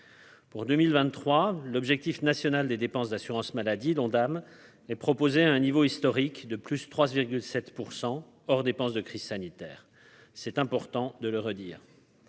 Pour 2023, l'objectif national des dépenses d'assurance maladie, l'Ondam est proposé à un niveau historique de plus 3 7 % hors dépenses de crise sanitaire, c'est important de le redire.